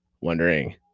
wondering